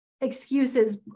excuses